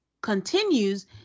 continues